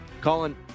Colin